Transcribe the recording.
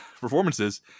performances